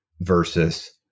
versus